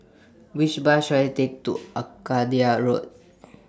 Which Bus should I Take to Arcadia Road